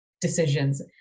decisions